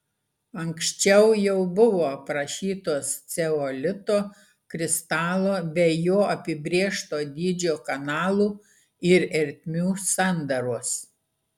anksčiau jau buvo aprašytos ceolito kristalo bei jo apibrėžto dydžio kanalų ir ertmių sandaros